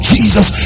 Jesus